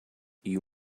you